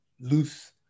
loose